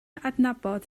adnabod